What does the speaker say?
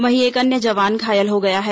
वहीं एक अन्य जवान घायल हो गया है